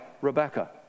Rebecca